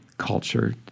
culture